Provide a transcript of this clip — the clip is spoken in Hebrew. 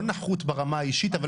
לא נחות ברמה האישית,